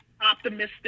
optimistic